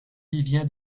vivien